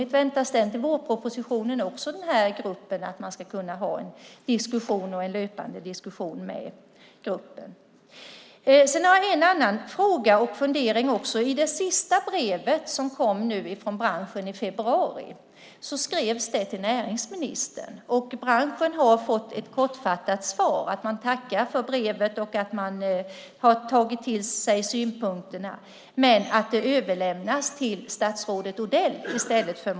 Eller väntas den med vårpropositionen så att man kan ha en löpande diskussion med branschen? Det senaste brevet från branschen skrevs till näringsministern i februari. Branschen fick ett kortfattat svar där Näringsdepartementet tackade för brevet och meddelade att man tagit till sig synpunkterna men att brevet överlämnats till statsrådet Odell.